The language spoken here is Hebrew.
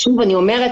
שוב אני אומרת,